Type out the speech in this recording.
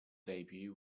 debut